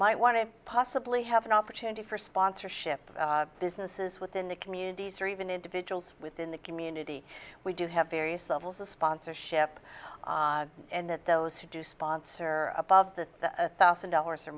might want to possibly have an opportunity for sponsorship businesses within the communities or even individuals within the community we do have various levels of sponsorship and that those who do sponsor above the a thousand dollars or